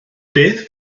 beth